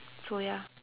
so ya